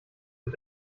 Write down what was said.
mit